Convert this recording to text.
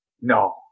no